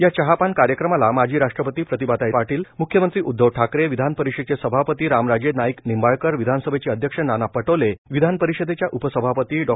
या चहापान कार्यक्रमाला माजी राष्ट्रपती प्रतिभाताई पाटील मुख्यमंत्री उध्दव ठाकरे विधान परिषदेचे सभापती रामराजे नाईक निंबाळकर विधानसभेचे अध्यक्ष नाना पटोले विधान परिषदेच्या उपसभापती डॉ